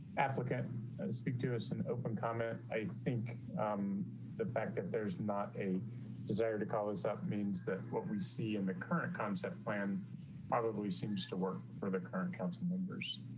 applicant and speak to us an open comment. i think um the fact that there's not a desire to call us up means that what we see in the current concept plan probably seems to work for the current council members.